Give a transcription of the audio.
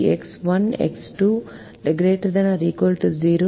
X 1 x 2 ≥ 0